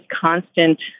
constant